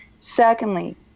secondly